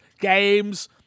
games